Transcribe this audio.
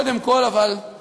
אבל קודם כול בנו,